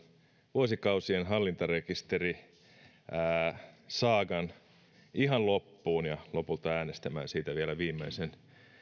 vuosikausien hallintarekisterisaagan loppuun ja lopulta äänestämään siitä vielä viimeisen